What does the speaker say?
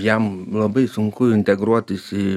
jam labai sunku integruotis į